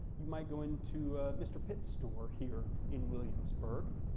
you might go into mr. pitt's store here in williamsburg,